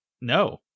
no